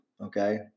okay